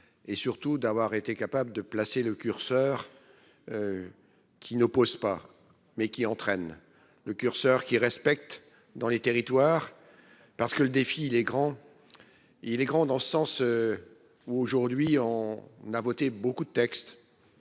Et surtout d'avoir été capable de placer le curseur. Qui ne posent pas mais qui entraîne le curseur qui respecte dans les territoires parce que le défi, il est grand. Il est grand dans ce sens. Où aujourd'hui on n'a voté beaucoup de textes.